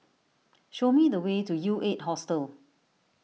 show me the way to U eight Hostel